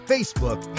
Facebook